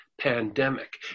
pandemic